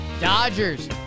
Dodgers